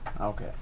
Okay